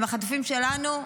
הם החטופים שלנו.